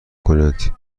کنید